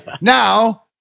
now